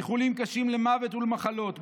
איחולים קשים למוות ולמחלות,